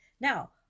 now